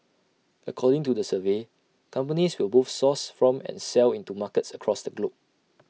according to the survey companies will both source from and sell into markets across the globe